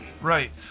right